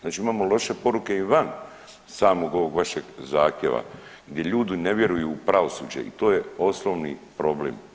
Znači imamo loše poruke i vam samog ovog vašeg zahtjeva gdje ljudi ne vjeruju u pravosuđe i to je osnovni problem.